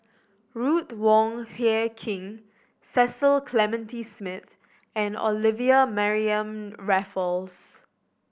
Ruth Wong Hie King Cecil Clementi Smith and Olivia Mariamne Raffles